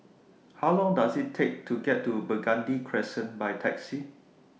How Long Does IT Take to get to Burgundy Crescent By Taxi